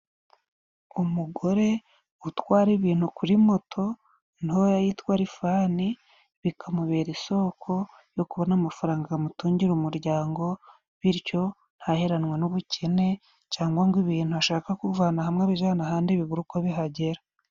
Umugore utwara ibintu kuri moto ntoya yitwa rifani bikamubera isoko yo kubona amafaranga gamutungira umuryango bityo ntaheranwa n'ubukene cyangwa ngo ibintu ashaka kuvana hamwe abijana ahandi bibure uko bihagera.